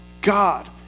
God